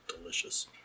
Delicious